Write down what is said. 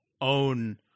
own